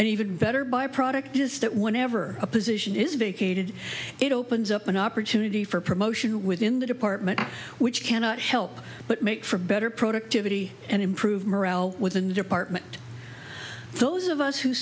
and even better byproduct is that whenever a position is vacated it opens up an opportunity for promotion within the department which cannot help but make for better productivity and improve morale within the department those of us who